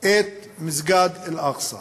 את מסגד אל-אקצא.